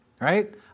Right